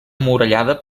emmurallada